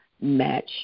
match